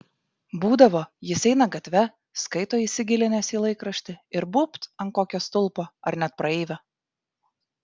būdavo jis eina gatve skaito įsigilinęs į laikraštį ir būbt ant kokio stulpo ar net praeivio